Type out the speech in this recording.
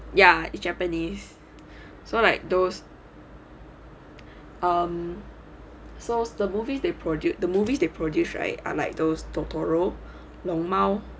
ya japanese so like those um so the so the movies they produce the movies they produce right are like those totoro 猫